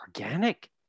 organic